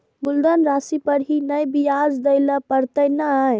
मुलधन राशि पर ही नै ब्याज दै लै परतें ने?